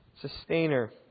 sustainer